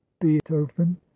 beethoven